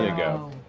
ah go.